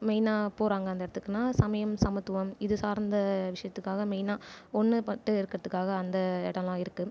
மெய்னாக போகறாங்க அந்த இடத்துக்குனா சமயம் சமத்துவம் இது சார்ந்த விஷயத்துக்காக மெய்ன்னாக ஒன்றுப்பட்டு இருக்குறத்துக்காக அந்த இடலாம் இருக்கு